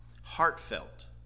heartfelt